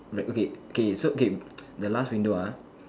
right okay okay so okay the last window ah